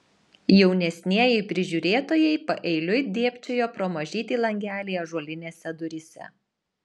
jaunesnieji prižiūrėtojai paeiliui dėbčiojo pro mažytį langelį ąžuolinėse duryse